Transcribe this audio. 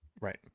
Right